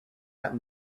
out